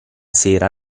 sera